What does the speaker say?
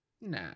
Nah